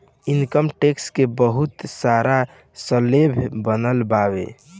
income tax के बहुत सारा स्लैब बनल बावे